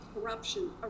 corruption